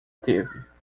teve